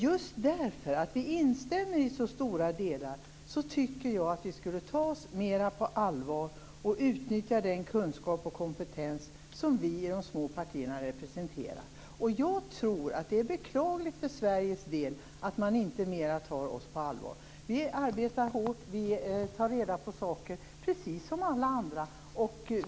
Just därför att vi instämmer i så stora delar tycker jag att vi skulle tas mer på allvar och att man skulle utnyttja den kunskap och kompetens som vi i de små partierna representerar. Jag tror att det är beklagligt för Sveriges del att man inte tar oss mer på allvar. Vi arbetar hårt och tar reda på saker, precis som alla andra.